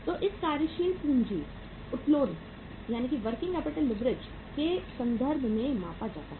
तो इसे कार्यशील पूंजी उत्तोलन के संदर्भ में मापा जाता है